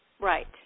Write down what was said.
Right